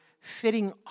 fitting